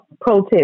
protest